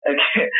Okay